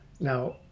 Now